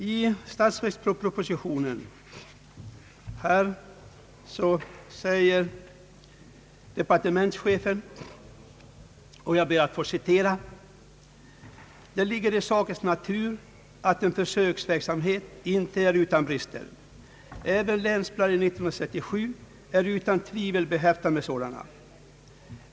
I statsverkspropositionen säger departementschefen att det ligger i sakens natur att en försöksverksamhet inte är utan brister och att även Länsplanering 67 utan tvivel är behäftad med sådana.